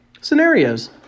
scenarios